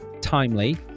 Timely